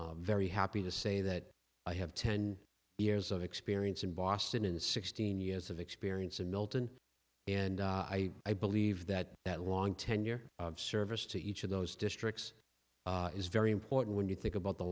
s very happy to say that i have ten years of experience in boston and sixteen years of experience in milton and i i believe that that long tenure of service to each of those districts is very important when you think about the